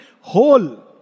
whole